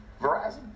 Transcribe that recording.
verizon